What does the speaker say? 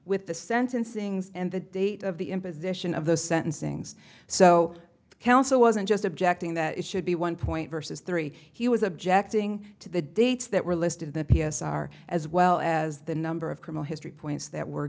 with the sentencings and the date of the imposition of the sentencings so council wasn't just objecting that it should be one point versus three he was objecting to the dates that were listed there p s r as well as the number of criminal history points that were